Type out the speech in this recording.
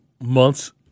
months